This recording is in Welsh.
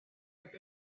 heb